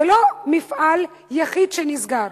זה לא מפעל יחיד שנסגר,